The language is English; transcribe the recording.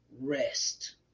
rest